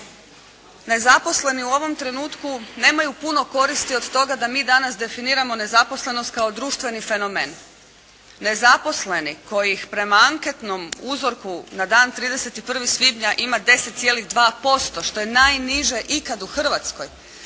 nezaposleni u ovom trenutku nemaju puno koristi od toga da mi danas definiramo nezaposlenost kao društveni fenomen. Nezaposleni kojih prema anketnom uzorku na dan 31. svibnja ima 10,2% što je najniža ikad u Hrvatskoj,